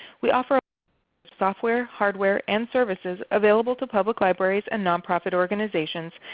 we offer software, hardware, and services available to public libraries and nonprofit organizations,